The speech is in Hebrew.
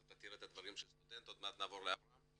תראה את הדברים של סטודנט ואם אתה